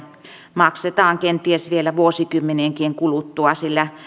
maksetaan kenties vielä vuosikymmenienkin kuluttua sillä